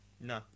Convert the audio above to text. No